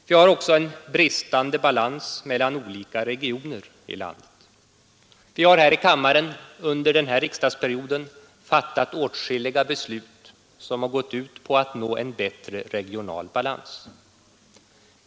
Vi har också en bristande balans mellan olika regioner i landet. Under denna riksdagsperiod har vi här i kammaren fattat åtskilliga beslut som har gått ut på att nå en bättre regional balans.